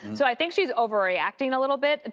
so i think she's overreacting a little bit. ah